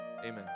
Amen